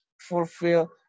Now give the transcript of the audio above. fulfill